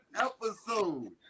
episode